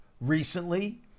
recently